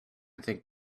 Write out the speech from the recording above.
think